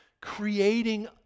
creating